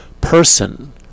person